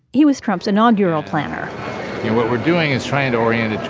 he was trump's inaugural planner and what we're doing is trying to orient